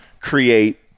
create